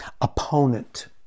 Opponent